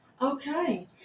Okay